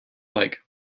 like